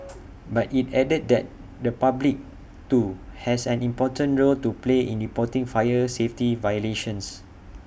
but IT added that the public too has an important role to play in reporting fire safety violations